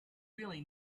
really